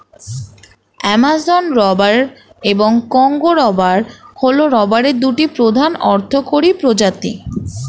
Amazon rubber এবং Congo rubber হল রাবারের দুটি প্রধান অর্থকরী প্রজাতি